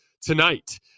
tonight